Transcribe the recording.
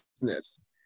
business